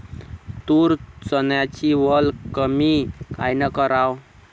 तूर, चन्याची वल कमी कायनं कराव?